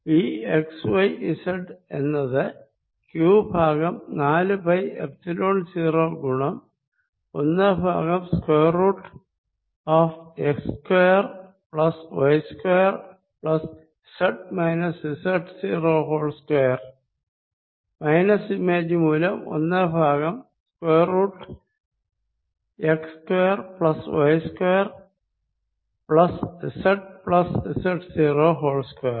V x y z എന്നത് q by നാലു pi epsilon 0 ഗുണം ഒന്ന് by square root x square plus y square plus z minus z 0 whole square minus image മൂലം ഒന്ന് by square root x square plus y square plus z plus z 0 whole square